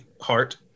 Heart